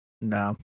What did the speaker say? No